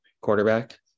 quarterback